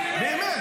באמת.